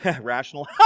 Rational